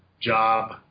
job